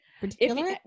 particular